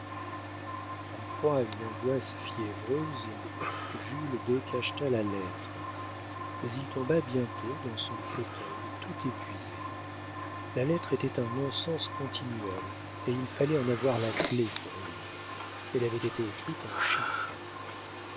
en proie à une angoisse fiévreuse jules décacheta la lettre mais il tomba bientôt dans son fauteuil tout épuisé la lettre était un non-sens continuel et il fallait en avoir la clef pour la lire elle avait été écrite en chiffres